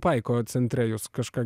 paiko centre jūs kažką